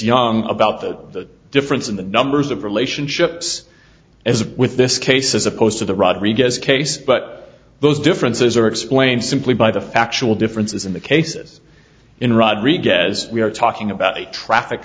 young about the difference in the numbers of relationships as with this case as opposed to the rodriguez case but those differences are explained simply by the factual differences in the cases in rodriguez we are talking about a traffic